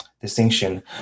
distinction